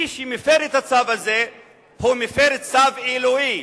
מי שמפר את הצו הזה מפר צו אלוהי,